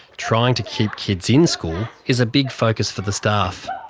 trying to keep kids in school is a big focus for the staff.